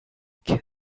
kill